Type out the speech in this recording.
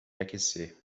aquecer